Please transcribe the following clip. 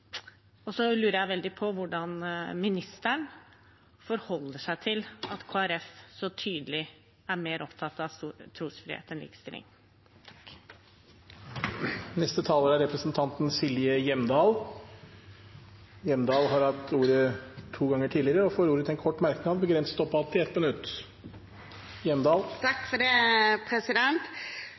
Så lurer jeg på hvordan ministeren forholder seg til at Kristelig Folkeparti så tydelig er mer opptatt av trosfrihet enn likestilling. Representanten Silje Hjemdal har hatt ordet to ganger tidligere og får ordet til en kort merknad, begrenset til 1 minutt. Først til